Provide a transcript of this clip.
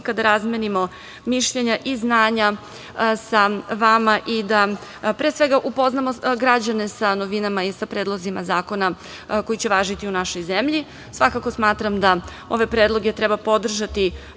da razmenimo mišljenja i znanja sa vama i da, pre svega, upoznamo građane sa novinama i sa predlozima zakona koji će važiti u našoj zemlji. Svakako, smatram da ove predloge treba podržati